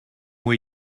way